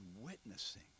witnessing